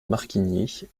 marquigny